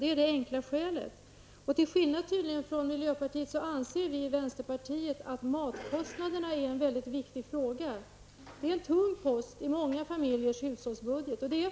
Det är det enkla skälet. Vi i vänsterpartiet anser tydligen till skillnad från miljöpartiet att matkostnaderna utgör en mycket viktig fråga. Det är en tung post i många familjers hushållsbudget.